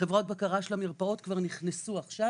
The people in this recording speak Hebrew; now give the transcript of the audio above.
חברות הבקרה של המרפאות כבר נכנסו עכשיו